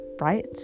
right